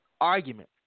Argument